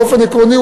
באופן עקרוני,